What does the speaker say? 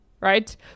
right